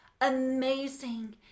amazing